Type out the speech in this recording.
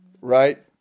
Right